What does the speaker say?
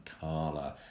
Carla